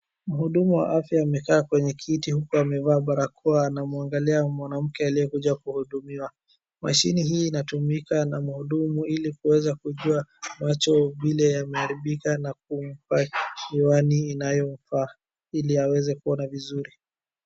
Mhudumu wa afya amekaa kwenye kiti huku amevaa barakoa anamwangalia mwanamke aliyekuja kuhudumiwa. Mashini hii inatumika na mhudumu ili kuweze kujua macho vile yameharibilka na kumpa miwani inayofaa, ili aweze kuona vizuri.